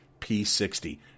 P60